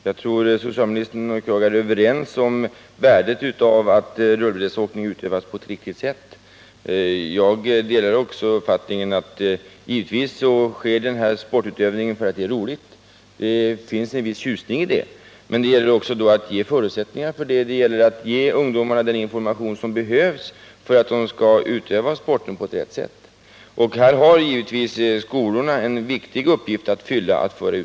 Herr talman! Jag tror att socialministern och jag är överens om värdet av att rullbrädesåkning utövas på ett riktigt sätt. Naturligtvis inser jag också att den här sportutövningen utövas därför att den är rolig — det finns en viss tjusning i den. Men då gäller det också att skapa förutsättningar för att ge ungdomarna den information som behövs för att de skall utöva sporten på riktigt sätt. När det gäller att föra ut den informationen har givetvis skolorna en viktig uppgift att fylla.